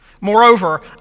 Moreover